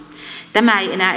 tämä ei enää